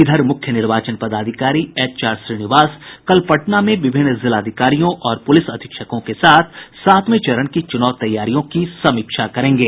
इधर मुख्य निर्वाचन पदाधिकारी एचआर श्रीनिवास कल पटना में विभिन्न जिलाधिकारियों और प्रलिस अधीक्षकों के साथ सातवें चरण की चुनाव तैयारियों की समीक्षा करेंगे